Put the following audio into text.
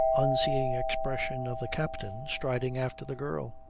unseeing expression of the captain, striding after the girl.